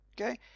Okay